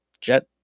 jet